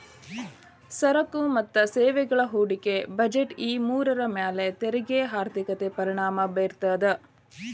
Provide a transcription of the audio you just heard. ಸರಕು ಮತ್ತ ಸೇವೆಗಳ ಹೂಡಿಕೆ ಬಜೆಟ್ ಈ ಮೂರರ ಮ್ಯಾಲೆ ತೆರಿಗೆ ಆರ್ಥಿಕತೆ ಪರಿಣಾಮ ಬೇರ್ತದ